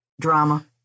Drama